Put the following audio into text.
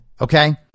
Okay